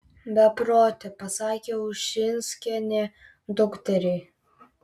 beprote pasakė ušinskienė dukteriai